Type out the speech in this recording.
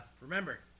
remember